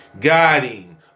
guiding